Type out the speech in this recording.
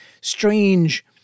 strange